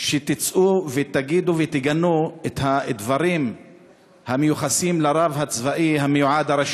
שיצאו ויגידו ויגנו את הדברים המיוחסים לרב הצבאי הראשי המיועד.